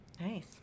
Nice